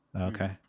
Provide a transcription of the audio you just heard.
Okay